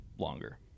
longer